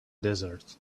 desert